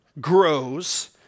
grows